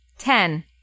Ten